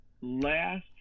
last